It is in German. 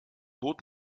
bot